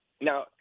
Now